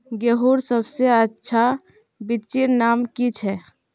गेहूँर सबसे अच्छा बिच्चीर नाम की छे?